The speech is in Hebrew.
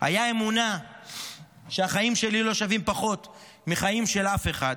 הייתה אמונה שהחיים שלי לא שווים פחות מהחיים של אף אחד,